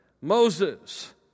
Moses